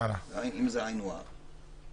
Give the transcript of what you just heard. אם זה היינו הך.